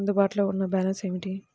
అందుబాటులో ఉన్న బ్యాలన్స్ ఏమిటీ?